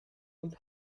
und